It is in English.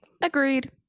Agreed